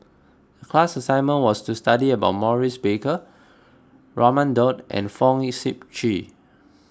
class assignment was to study about Maurice Baker Raman Daud and Fong Sip Chee